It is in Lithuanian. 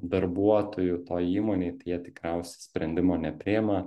darbuotojų toj įmonėj tai jie tikriausiai sprendimo nepriima